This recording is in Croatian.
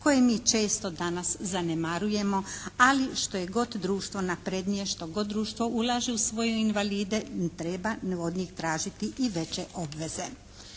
koje mi često danas zanemarujemo, ali što je god društvo naprednije, što god društvo ulaže u svoje invalide i treba, ne vodi ih tražiti i veće obveze.